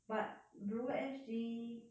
but blue SG